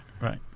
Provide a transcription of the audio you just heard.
Right